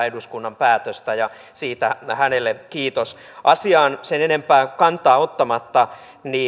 eduskunnan päätöstä ja siitä hänelle kiitos asiaan sen enempää kantaa ottamatta